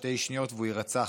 שתי שניות והוא יירצח,